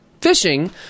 fishing